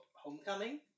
Homecoming